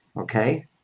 okay